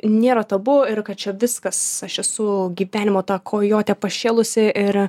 nėra tabu ir kad čia viskas aš esu gyvenimo ta kojotė pašėlusi ir